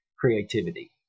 creativity